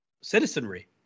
citizenry